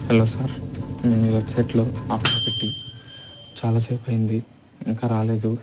hello sir మేము మీ వెబ్సైట్లో ఆర్డర్ పెట్టి చాలా సేపు అయ్యింది ఇంకా రాలేదు